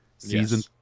Season